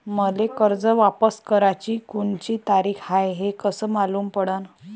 मले कर्ज वापस कराची कोनची तारीख हाय हे कस मालूम पडनं?